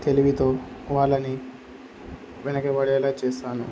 తెలివితో వాళ్ళని వెనకపడేలా చేస్తాను